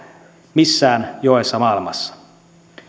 missään joessa maailmassa